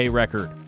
record